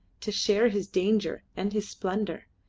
to share his danger and his splendour.